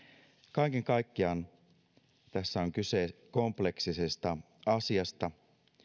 kaiken kaikkiaan tässä on kyse kompleksisesta asiasta